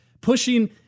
pushing